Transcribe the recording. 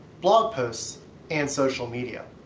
blog posts and social media.